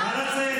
ראשונה.